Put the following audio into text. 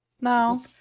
No